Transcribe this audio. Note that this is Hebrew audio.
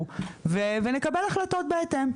שיעלו ונקבל החלטות בהתאם.